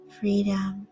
freedom